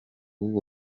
w’uwo